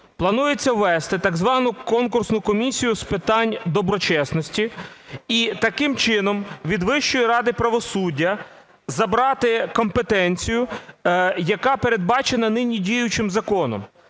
Планується ввести так звану Конкурсну комісію з питань доброчесності. І таким чином від Вищої ради правосуддя забрати компетенцію, яка передбачена нині діючим законом.